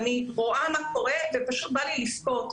אני רואה מה קורה ופשוט בא לי לבכות.